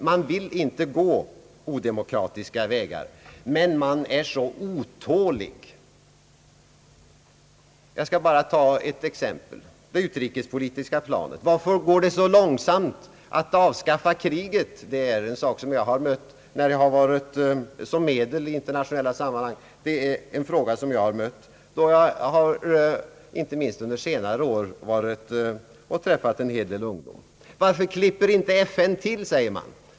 Man vill inte gå odemokratiska vägar, men man är så otålig. Låt mig ta ett exempel på det utrikespolitiska planet. Varför går det så långsamt att avskaffa kriget? Det är en fråga som jag har mött inte minst under senare år, då jag träffat en hel del ungdomar. »Varför klipper inte FN till?» säger man.